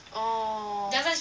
orh